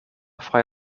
frei